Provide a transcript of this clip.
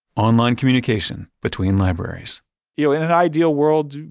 online communication between libraries you know in an ideal world,